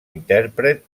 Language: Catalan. intèrpret